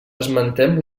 esmentem